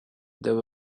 there